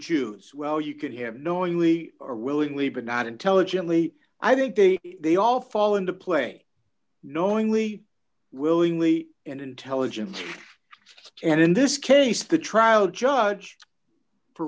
choose well you could have knowingly or willingly but not intelligently i think they they all fall into play knowingly willingly and intelligent and in this case the trial judge for